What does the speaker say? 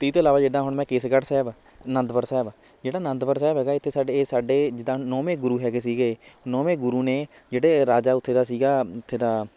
ਅਤੇ ਇਹ ਤੋਂ ਇਲਾਵਾ ਜਿੱਦਾਂ ਹੁਣ ਮੈਂ ਕੇਸਗੜ੍ਹ ਸਾਹਿਬ ਅਨੰਦਪੁਰ ਸਾਹਿਬ ਜਿਹੜਾ ਅਨੰਦਪੁਰ ਸਾਹਿਬ ਹੈਗਾ ਇੱਥੇ ਸਾਡੇ ਇਹ ਸਾਡੇ ਜਿੱਦਾਂ ਨੌਵੇਂ ਗੁਰੂ ਹੈਗੇ ਸੀਗੇ ਨੌਵੇਂ ਗੁਰੂ ਨੇ ਜਿਹੜੇ ਰਾਜਾ ਉੱਥੇ ਦਾ ਸੀਗਾ ਉੱਥੇ ਦਾ